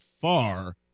far